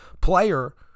player